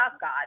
God